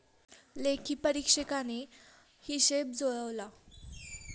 लेखापरीक्षकाने हिशेब जुळवला